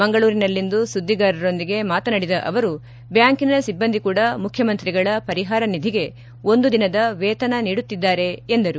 ಮಂಗಳೂರಿನಲ್ಲಿಂದು ಸುದ್ದಿಗಾರರೊಂದಿಗೆ ಮಾತನಾಡಿದ ಅವರು ಬ್ಯಾಂಕಿನ ಸಿಬ್ಬಂದಿ ಕೂಡ ಮುಖ್ಯಮಂತ್ರಿಗಳ ಪರಿಹಾರ ನಿಧಿಗೆ ಒಂದು ದಿನದ ವೇತನ ನೀಡುತ್ತಿದ್ದಾರೆ ಎಂದರು